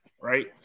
right